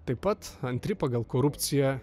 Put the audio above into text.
taip pat antri pagal korupciją